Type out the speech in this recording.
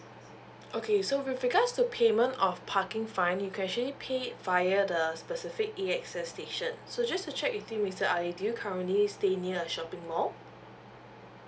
okay so with regards to payment of parking fine you can actually pay via the specific A X S station so just to check with you mister ali do you currently stay near a shopping mall